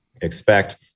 expect